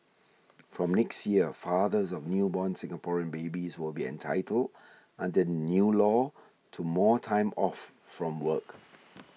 from next year fathers of newborn Singaporean babies will be entitled under the new law to more time off from work